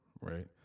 right